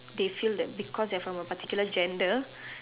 they feel like they're from a particular gender